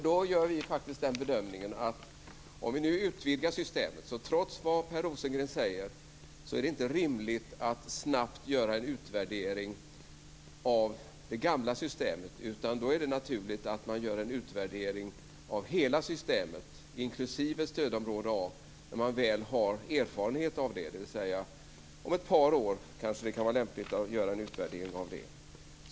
Då gör vi den bedömningen att om vi nu utvidgar systemet är det inte rimligt, trots vad Per Rosengren säger, att snabbt göra en utvärdering av det gamla systemet. Då är det naturligt att göra en utvärdering av hela systemet, inklusive stödområde A, och när man väl har erfarenhet av det, dvs. kanske om ett par år, kan det vara lämpligt att göra en utvärdering av det.